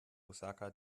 osaka